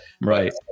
right